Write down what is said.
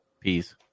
Peace